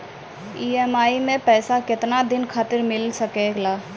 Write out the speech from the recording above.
EMI मैं पैसवा केतना दिन खातिर मिल सके ला?